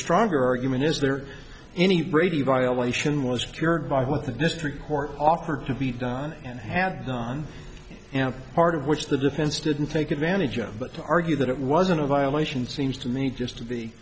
stronger argument is there any brady violation was cured by what the mystery court offered to be done and had done and part of which the defense didn't take advantage of but to argue that it wasn't a violation seems to me just to be